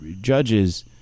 judges